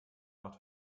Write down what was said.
macht